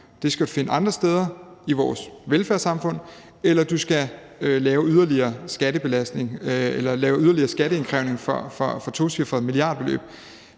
det skal du finde andre steder i vores velfærdssamfund, eller du skal lave yderligere skatteindkrævning for et tocifret milliardbeløb.